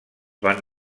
van